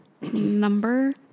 number